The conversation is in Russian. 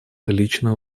лично